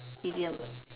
idiom